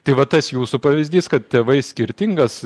tai va tas jūsų pavyzdys kad tėvai skirtingas